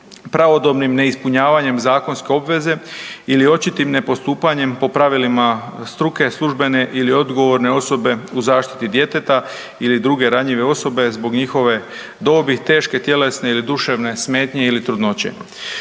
pravodobnim neispunjavanjem zakonske obveze ili očitim ne postupanjem po pravilima struke službene ili odgovorne osobe u zaštiti djeteta ili druge ranjive osobe zbog njihove dobi, teške tjelesne ili duševne smetnje ili trudnoće.